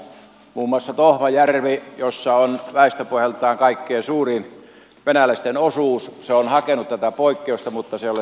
muun muassa tohmajärvi jossa on väestöpohjaltaan kaikkein suurin venäläisten osuus on hakenut tätä poikkeusta mutta se ei ole saanut